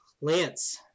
Lance